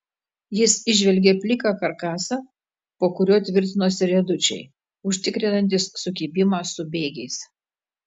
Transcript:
jis įžvelgė pliką karkasą po kuriuo tvirtinosi riedučiai užtikrinantys sukibimą su bėgiais